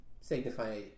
signify